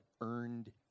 earned